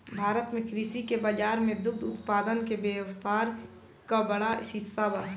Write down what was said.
भारत में कृषि के बाजार में दुग्ध उत्पादन के व्यापार क बड़ा हिस्सा बा